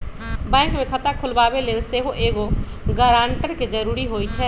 bank में खता खोलबाबे लेल सेहो एगो गरानटर के जरूरी होइ छै